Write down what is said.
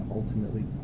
ultimately